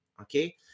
okay